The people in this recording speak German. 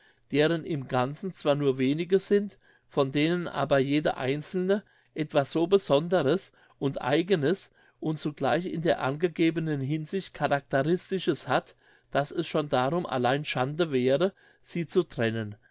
deren im ganzen zwar nur wenige sind von denen aber jede einzelne etwas so besonderes und eigenes und zugleich in der angegebenen hinsicht charakteristisches hat daß es schon darum allein schade wäre sie zu trennen